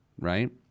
right